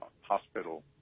hospital